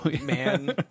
man